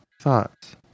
thoughts